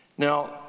Now